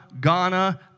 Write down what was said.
Ghana